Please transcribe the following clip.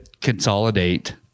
consolidate